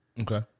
Okay